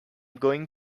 going